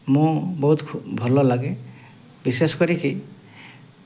ମୁଁ ବହୁତ ଭଲ ଲାଗେ ବିଶେଷ କରିକି